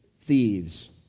thieves